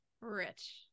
rich